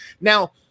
now